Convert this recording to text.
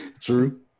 True